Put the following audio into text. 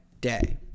day